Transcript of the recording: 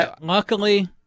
Luckily